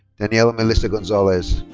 and yeah but melissa gonzalez.